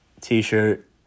t-shirt